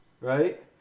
right